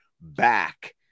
back